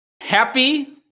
Happy